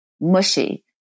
mushy